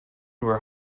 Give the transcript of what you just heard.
were